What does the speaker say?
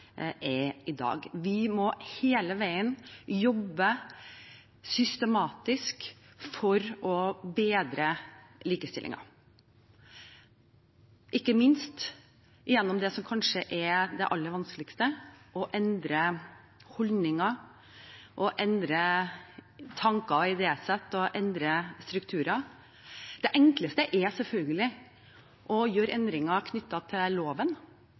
er i dag. Vi må hele veien jobbe systematisk for å bedre likestillingen – ikke minst gjennom det som kanskje er det aller vanskeligste: å endre holdninger, tanker og idésett og strukturer. Det enkleste er selvfølgelig å gjøre endringer knyttet til loven